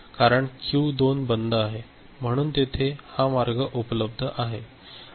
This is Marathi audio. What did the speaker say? कारण क्यू 2 बंद आहे म्हणून येथे हा मार्ग उपलब्ध आहे